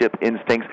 instincts